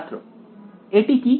ছাত্র এটি কি